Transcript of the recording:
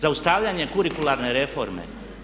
Zaustavljanje kulikularne reforme.